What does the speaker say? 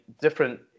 different